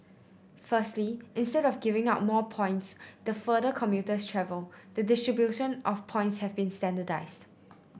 firstly instead of giving out more points the further commuter travel the distribution of points have been standardised